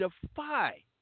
defy